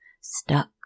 Stuck